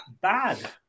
bad